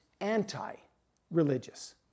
anti-religious